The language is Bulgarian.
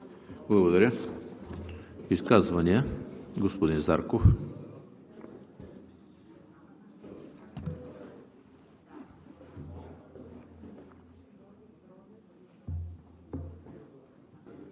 Благодаря. Изказвания? Господин Зарков